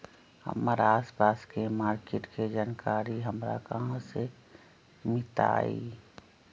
हमर आसपास के मार्किट के जानकारी हमरा कहाँ से मिताई?